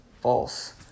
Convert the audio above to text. false